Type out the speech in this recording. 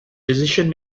decision